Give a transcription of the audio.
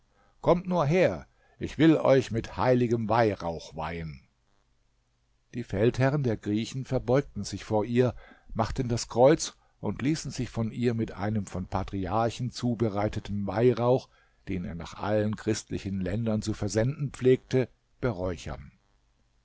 kommt nur her ich will euch mit heiligem weihrauch weihen die feldherren der griechen verbeugten sich vor ihr machten das kreuz und ließen sich von ihr mit einem vom patriarchen zubereiteten weihrauch den er nach allen christlichen ländern zu versenden pflegte beräuchern